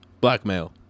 Blackmail